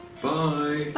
bye!